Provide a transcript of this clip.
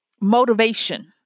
motivation